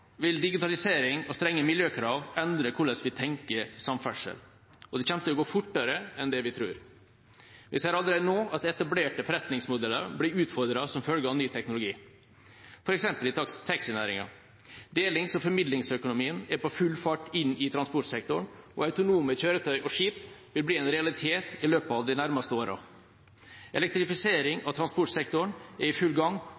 vil digitalisering og strenge miljøkrav endre måten vi tenker samferdsel på, og det kommer til å gå fortere enn det vi tror. Vi ser allerede nå at etablerte forretningsmodeller blir utfordret som følge av ny teknologi, f.eks. i taxinæringen. Delings- og formidlingsøkonomien er på full fart inn i transportsektoren, og autonome kjøretøy og skip vil bli en realitet i løpet av de nærmeste årene. Elektrifisering av transportsektoren er i full gang